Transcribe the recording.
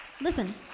Listen